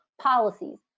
policies